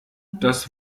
das